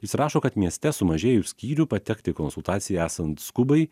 jis rašo kad mieste sumažėjus skyrių patekt į konsultaciją esant skubai